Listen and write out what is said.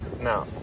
No